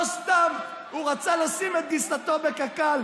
לא סתם הוא רצה לשים את גיסתו בקק"ל,